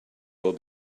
will